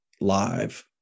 live